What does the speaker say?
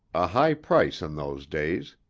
a high price in those days.